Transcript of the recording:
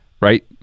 Right